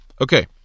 Okay